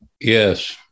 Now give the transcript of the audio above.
Yes